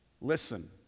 Listen